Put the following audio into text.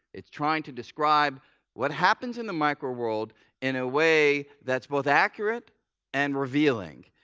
it's trying to describe what happens in the micro-world in a way that is both accurate and revealing.